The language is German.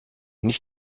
nicht